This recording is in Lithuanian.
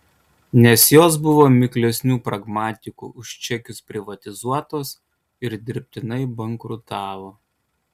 nes jos buvo miklesnių pragmatikų už čekius privatizuotos ir dirbtinai bankrutavo